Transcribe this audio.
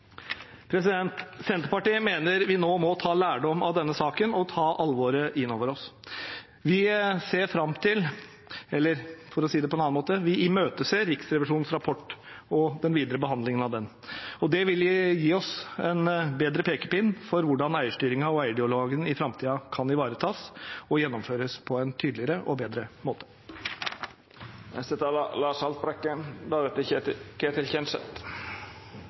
Senterpartiet mener vi nå må ta lærdom av denne saken og ta alvoret inn over oss. Vi ser fram til, eller – for å si det på en annen måte – vi imøteser Riksrevisjonens rapport og den videre behandlingen av den. Det vil gi oss en bedre pekepinn på hvordan eierstyringen og eierdialogen i framtiden kan ivaretas og gjennomføres på en tydeligere og bedre måte.